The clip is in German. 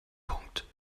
punkt